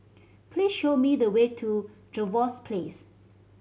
please show me the way to Trevose Place